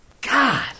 God